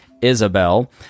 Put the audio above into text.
Isabel